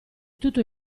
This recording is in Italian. tutto